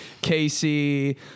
Casey